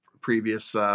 previous